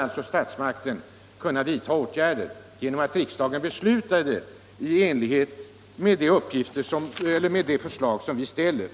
Här skulle statsmakterna kunna vidta åtgärder om riksdagen beslutar i enlighet med det förslag som vi har fört fram.